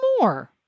more